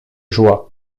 joies